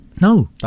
no